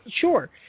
Sure